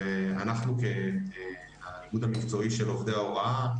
ואנחנו כהתאגדות המקצועית של עובדי ההוראה,